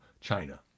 China